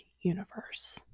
universe